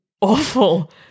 awful